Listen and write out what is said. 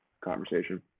conversation